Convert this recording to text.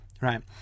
right